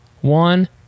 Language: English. one